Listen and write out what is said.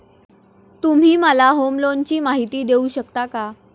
तुम्ही मला होम लोनची माहिती देऊ शकता का?